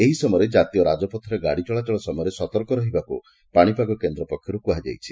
ଏହି ସମୟରେ କାତୀୟ ରାଜପଥରେ ଗାଡ଼ି ଚଳାଚଳ ସମୟରେ ସତର୍କ ରହିବାକୁ ପାଣିପାଗ କେନ୍ଦ୍ର ପକ୍ଷରୁ କୁହାଯାଇଛି